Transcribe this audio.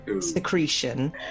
secretion